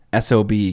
SOB